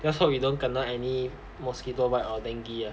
just hope we don't kena any mosquito bite or dengue